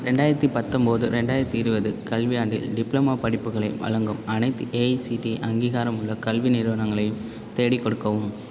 ரெண்டாயிரத்தி பத்தொம்போது ரெண்டாயிரத்தி இருபது கல்வியாண்டில் டிப்ளமோ படிப்புகளை வழங்கும் அனைத்து ஏஐசிடி அங்கீகாரமுள்ள கல்வி நிறுவனங்களையும் தேடிக் கொடுக்கவும்